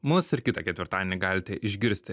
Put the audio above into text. mus ir kitą ketvirtadienį galite išgirsti